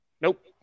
Nope